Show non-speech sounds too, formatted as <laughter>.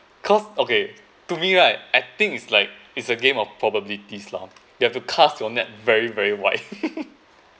cause okay to me right I think it's like it's a game of probabilities lah you have to cast your net very very wide <laughs>